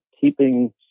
keeping